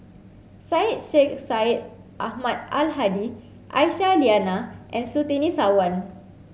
Syed Sheikh Syed Ahmad Al Hadi Aisyah Lyana and Surtini Sarwan